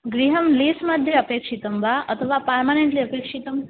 गृहं लीस् मध्ये अपेक्षितं वा अथवा पार्मनेण्ट्ली अपेक्षितम्